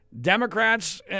Democrats